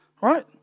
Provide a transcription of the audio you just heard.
Right